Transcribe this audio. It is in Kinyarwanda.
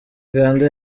uganda